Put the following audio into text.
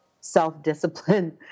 self-discipline